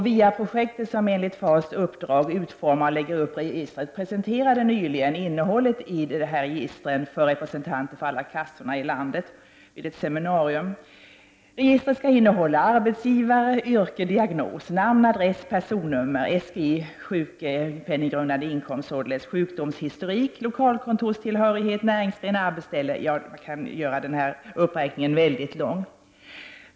Den projektgrupp som enligt FAS uppdrag utformar och lägger upp registret, presenterade nyligen vid ett seminarium innehållet i registret för representanter för alla kassorna i landet. Registret skall innehålla arbetsgivare, yrke, diagnos, namn, adress, personnummer, sjukpenninggrundande inkomst, sjukdomshistorik, tillhörighet till lokalkontor och arbetsställe. Det går att göra uppräkningen väldigt lång.